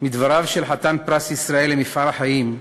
מדבריו של חתן פרס ישראל למפעל חיים,